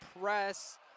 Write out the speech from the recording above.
press